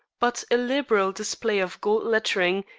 but a liberal display of gold lettering,